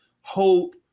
hope